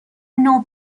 نوع